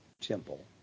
temple